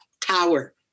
tower